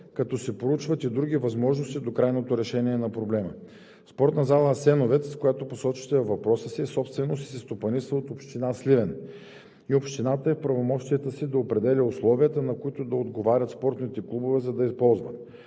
като се проучват и други възможности до крайното решение на проблема. Спортна зала „Асеновец“, която посочвате във въпроса си, е собственост и се стопанисва от община Сливен и общината е в правомощията си да определя условията, на които да отговарят спортните клубове, за да я използват.